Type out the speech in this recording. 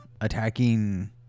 attacking